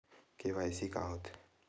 KYC का होथे?